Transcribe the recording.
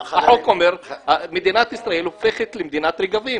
החוק אומר שמדינת ישראל הופכת למדינת רגבים.